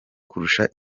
kurusha